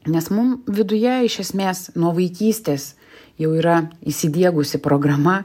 nes mum viduje iš esmės nuo vaikystės jau yra įsidiegusi programa